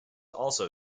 also